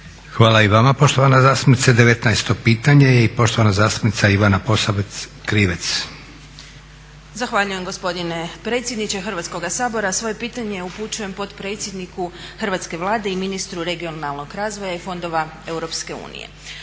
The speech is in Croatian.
Hvala i vama poštovana zastupnice. 19 pitanje i poštovana zastupnica Ivana Posavec Krivec. **Posavec Krivec, Ivana (SDP)** Zahvaljujem gospodine predsjedniče Hrvatskoga sabora. Svoje pitanje upućujem potpredsjedniku hrvatske Vlade i ministru regionalnog razvoja i fondova EU.